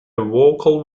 vocal